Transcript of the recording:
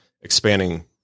expanding